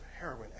heroin